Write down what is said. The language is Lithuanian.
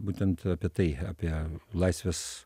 būtent apie tai apie laisvės